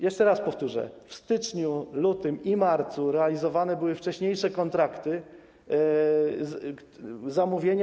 Jeszcze raz powtórzę: W styczniu, lutym i marcu realizowane były wcześniejsze kontrakty, zamówienia.